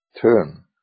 turn